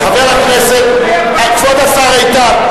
כבוד השר איתן,